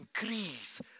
increase